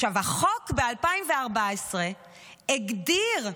החוק ב-2014 הגדיר,